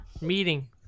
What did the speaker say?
meeting